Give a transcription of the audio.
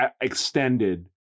extended